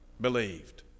believed